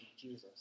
Jesus